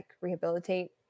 rehabilitate